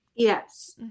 yes